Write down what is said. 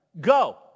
go